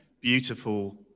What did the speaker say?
beautiful